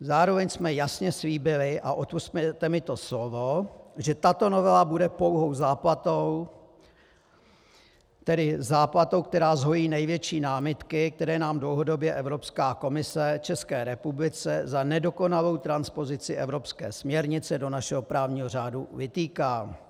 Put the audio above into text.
Zároveň jsme jasně slíbili, a odpusťte mi to slovo, že tato novela bude pouhou záplatou, tedy záplatou, která zhojí největší námitky, které nám dlouhodobě Evropská komise, České republice, za nedokonalou transpozici evropské směrnice do našeho právního řádu vytýká.